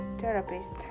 therapist